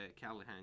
Callahan